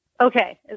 Okay